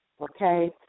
okay